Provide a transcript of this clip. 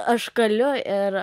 aš galiu ir